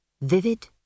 vivid